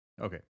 Okay